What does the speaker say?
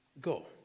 go